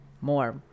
more